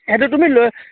সেইটো তুমি লৈ